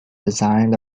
designed